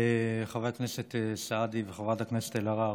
חבר הכנסת סעדי וחברת הכנסת אלהרר.